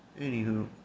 anywho